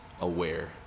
aware